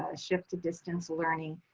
ah shift to distance learning.